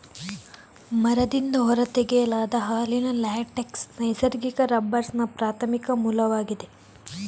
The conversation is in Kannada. ಮರದಿಂದ ಹೊರ ತೆಗೆಯಲಾದ ಹಾಲಿನ ಲ್ಯಾಟೆಕ್ಸ್ ನೈಸರ್ಗಿಕ ರಬ್ಬರ್ನ ಪ್ರಾಥಮಿಕ ಮೂಲವಾಗಿದೆ